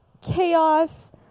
chaos